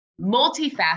multifaceted